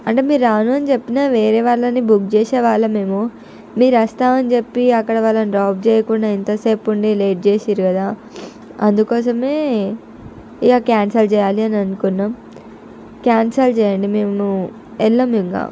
అంటే మీరు రాను అని చెప్పిన వేరే వాళ్ళని బుక్ చేసే వాళ్ళం మేము మీరు వస్తాను అని చెప్పి అక్కడ వాళ్ళని డ్రాప్ చేయకుండా ఇంత సేపు ఉండి లేట్ చేసిర్రు కదా అందుకోసం ఇక క్యాన్సిల్ చేయాలి అని అనుకున్నాం క్యాన్సిల్ చేయండి మేము వెళ్ళం ఇంకా